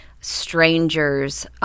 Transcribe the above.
strangers